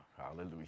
Hallelujah